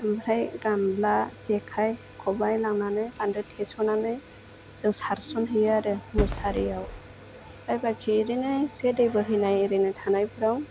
ओमफ्राय गामब्ला जेखाय खबाय लांनानै बान्दो थेस'नानै जों सारसनहैयो आरो मुसारियाव बेबायदि ओरैनो एसे दै बोहैनाय ओरैनो थानायफ्राव